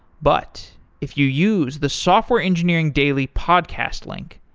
but if you use the software engineering daily podcast link,